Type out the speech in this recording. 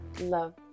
Love